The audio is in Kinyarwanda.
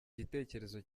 gitekerezo